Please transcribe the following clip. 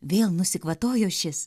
vėl nusikvatojo šis